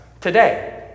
today